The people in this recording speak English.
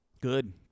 Good